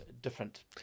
different